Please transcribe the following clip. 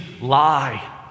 lie